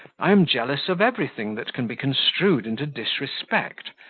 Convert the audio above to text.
i am jealous of everything that can be construed into disrespect,